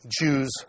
Jews